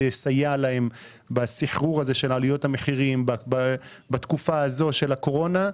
יסייע להם בסחרור הזה של עליות המחירים בתקופה הזו של הקורונה,